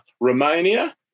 Romania